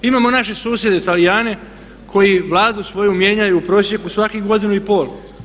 Imamo naše susjede Talijane koji Vladu svoju mijenjaju u prosjeku svakih godinu i pol.